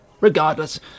Regardless